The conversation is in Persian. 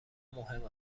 مهم